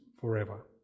forever